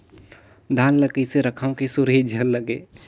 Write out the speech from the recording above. धान ल कइसे रखव कि सुरही झन लगे?